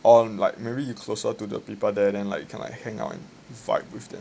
orh like maybe you closer to the people there and like you can hang out and vibe with them